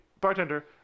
bartender